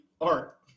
Art